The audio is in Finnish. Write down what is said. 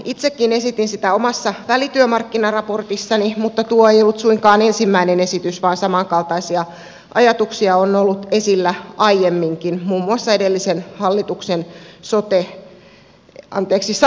itsekin esitin sitä omassa välityömarkkinaraportissani mutta tuo ei ollut suinkaan ensimmäinen esitys vaan samankaltaisia ajatuksia on ollut esillä aiemminkin muun muassa edellisen hallituksen sote anteeksi sata komiteassa